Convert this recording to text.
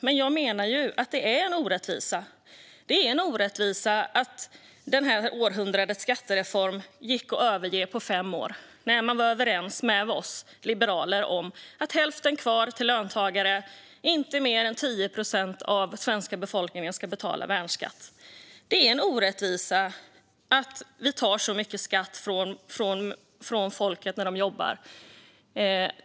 Men jag menar ju att det är en orättvisa att det gick att överge århundradets skattereform på fem år när man var överens med oss liberaler om hälften kvar till löntagare och att inte mer än 10 procent av Sveriges befolkning skulle betala värnskatt. Det är en orättvisa att vi tar ut så mycket skatt från folket när de jobbar.